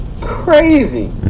Crazy